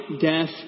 death